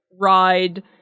ride